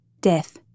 death